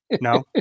No